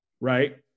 right